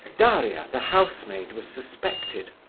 daria, the housemaid was suspected.